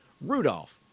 Rudolph